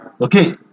Okay